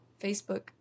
Facebook